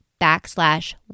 backslash